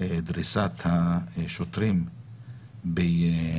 דריסת השוטרים בנהריה